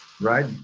right